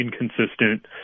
inconsistent